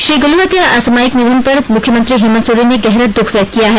श्री गिलुआ के असामायिक निधन पर मुख्यमंत्री हेमंत सोरेन ने गहरा दूःख व्यक्त किया है